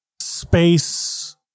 space